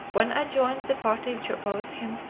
when i joined the party which opposed him,